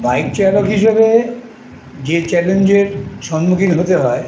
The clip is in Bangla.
বাইক চালক হিসেবে যে চ্যালেঞ্জের সম্মুখীন হতে হয়